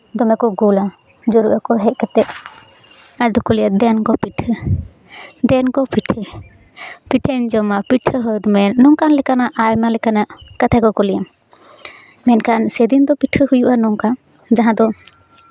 ᱫᱚᱢᱮ ᱠᱚ ᱜᱳᱞᱟ ᱡᱩᱨᱩᱜ ᱟᱠᱚ ᱦᱮᱡ ᱠᱟᱛᱮᱜ ᱟᱫ ᱠᱚ ᱞᱟᱹᱭᱟ ᱫᱮᱱ ᱜᱚ ᱯᱤᱴᱷᱟᱹ ᱫᱮᱱ ᱜᱚ ᱯᱤᱴᱷᱟᱹ ᱯᱤᱴᱷᱟᱹᱧ ᱡᱚᱢᱟ ᱯᱤᱴᱷᱟᱹ ᱦᱚᱫ ᱢᱮ ᱱᱚᱝᱠᱟᱱ ᱞᱮᱠᱟᱱᱟᱜ ᱟᱭᱢᱟ ᱞᱮᱠᱟᱱᱟᱜ ᱠᱟᱛᱷᱟ ᱠᱚᱠᱚ ᱞᱟᱹᱭᱟ ᱢᱮᱱᱠᱷᱟᱱ ᱥᱮᱫᱤᱱ ᱫᱚ ᱯᱤᱴᱷᱟᱹ ᱦᱩᱭᱩᱜᱼᱟ ᱱᱚᱝᱠᱟ ᱡᱟᱦᱟᱸ ᱫᱚ